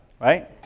right